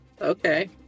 Okay